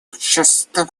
общества